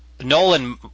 Nolan